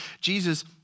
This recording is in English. Jesus